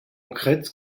crète